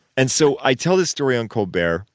and so i tell this story on colbert.